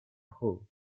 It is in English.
whole